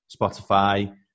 Spotify